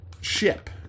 ship